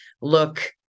look